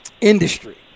industry